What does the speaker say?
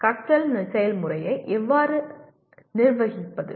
கற்றல் செயல்முறையை எவ்வாறு நிர்வகிப்பது